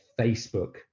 Facebook